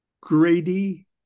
Grady